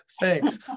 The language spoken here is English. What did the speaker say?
thanks